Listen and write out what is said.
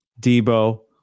Debo